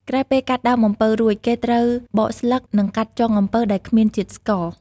ក្រោយពេលកាត់ដើមអំពៅរួច គេត្រូវបកស្លឹក និងកាត់ចុងអំពៅដែលគ្មានជាតិស្ករ។